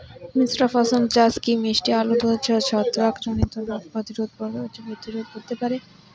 মিশ্র ফসল চাষ কি মিষ্টি আলুর ছত্রাকজনিত রোগ প্রতিরোধ করতে পারে?